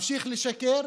ממשיך לשקר.